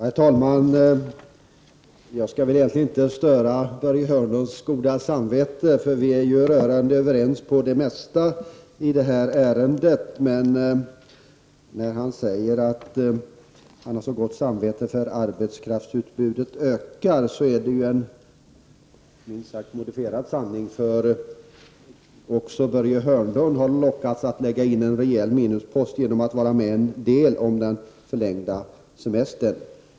Herr talman! Jag skall väl egentligen inte störa Börje Hörnlunds goda samvete, eftersom vi är rörande överens om det mesta i detta ärende. Men när han säger att han har så gott samvete på grund av att arbetskraftsutbudet ökar är det en minst sagt modifierad sanning. Även Börje Hörnlund har lockats att lägga in en rejäl minuspost genom att till en del vara med om att föreslå en förlängning av semestern.